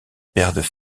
perdent